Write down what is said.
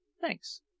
Thanks